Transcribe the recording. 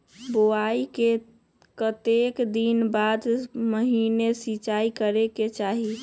बोआई के कतेक दिन बाद पहिला सिंचाई करे के चाही?